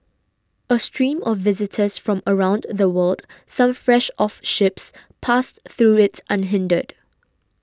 a stream of visitors from around the world some fresh off ships passed through it unhindered